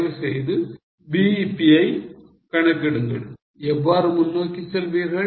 தயவு செய்து BEP ஐ கணக்கிடுங்கள் எவ்வாறு முன்னோக்கி செல்வீர்கள்